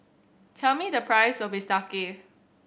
tell me the price of Bistake